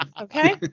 Okay